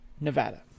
Nevada